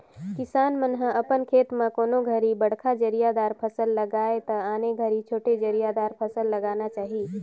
किसान मन ह अपन खेत म कोनों घरी बड़खा जरिया दार फसल लगाये त आने घरी छोटे जरिया दार फसल लगाना चाही